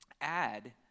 add